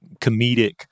comedic